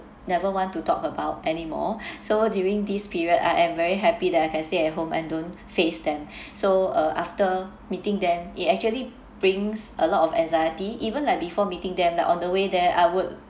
never want to talk about anymore so during this period I am very happy that I can stay at home and don't face them so uh after meeting them it actually brings a lot of anxiety even like before meeting them like on the way there I would